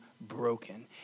broken